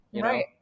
Right